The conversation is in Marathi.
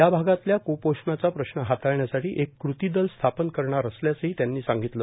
या भागातल्या कुपोषणाचा प्रश्न हाताळण्यासाठी एक कृती दल स्थापन करणार असल्याचंही त्यांनी सांगितलं